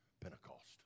Pentecost